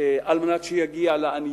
כדי שיגיע לעניים,